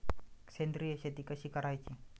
सेंद्रिय शेती कशी करायची?